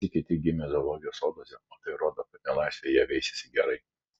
visi kiti gimę zoologijos soduose o tai rodo kad nelaisvėje jie veisiasi gerai